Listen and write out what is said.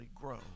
grow